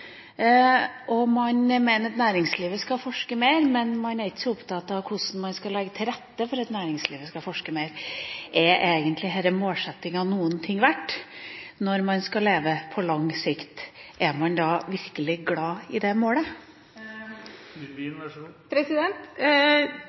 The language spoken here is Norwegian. dit. Man mener at næringslivet skal forske mer, men man er ikke så opptatt av hvordan man skal legge til rette for at næringslivet skal forske mer. Er egentlig denne målsettingen noen ting verdt når man skal leve på lang sikt? Er man da virkelig glad i det målet?